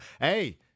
Hey